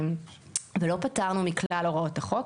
זו הייתה ועדת הכלכלה ולא פטרנו מכלל הוראות החוק,